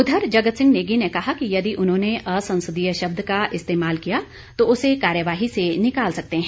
उधर जगत सिंह नेगी ने कहा कि यदि उन्होंने असंसदीय शब्द का इस्तेमाल किया तो उसे कार्यवाही से निकाल सकते हैं